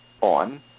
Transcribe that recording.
on